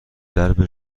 درب